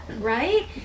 right